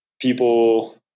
people